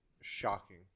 shocking